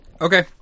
Okay